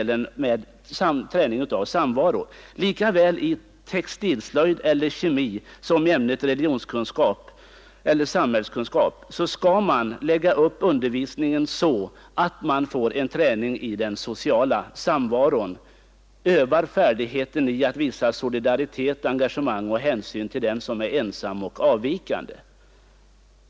Lika väl i textilslöjd som i kemi eller religionskunskap skall man lägga upp undervisningen så att man får träning i den sociala samvaron, övar förmågan i att visa solidaritet, engagemang och hänsyn till den som är ensam och avvikande.